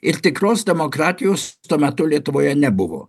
ir tikros demokratijos tuo metu lietuvoje nebuvo